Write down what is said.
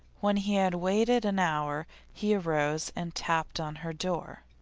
when he had waited an hour he arose and tapped on her door.